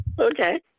okay